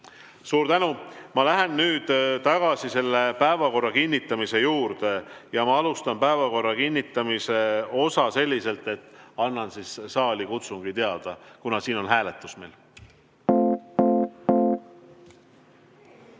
Suur tänu! Ma lähen nüüd tagasi päevakorra kinnitamise juurde ja ma alustan päevakorra kinnitamise osa selliselt, et annan saalikutsungiga teada, et siin on nüüd hääletus.